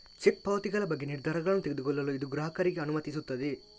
check ಪಾವತಿಗಳ ಬಗ್ಗೆ ನಿರ್ಧಾರಗಳನ್ನು ತೆಗೆದುಕೊಳ್ಳಲು ಇದು ಗ್ರಾಹಕರಿಗೆ ಅನುಮತಿಸುತ್ತದೆ